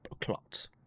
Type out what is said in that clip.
Clots